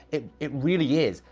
it it really is.